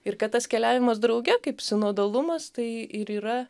ir kad tas keliavimas drauge kaip sinodalumas tai ir yra